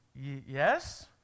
yes